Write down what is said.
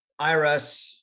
IRS